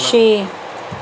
ਛੇ